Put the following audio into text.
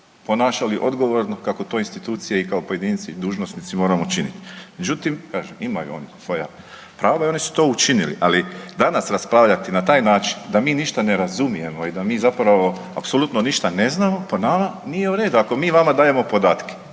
ponašali odgovorno kako to institucije i kao pojedinci dužnosnici moramo činiti. Međutim, imaju oni svoja prava i oni su to učinili, ali danas raspravljati na taj način da mi ništa ne razumijemo i da mi zapravo apsolutno ništa ne znamo, po nama nije u redu. Ako mi vama dajemo podatke